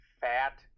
fat